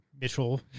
Mitchell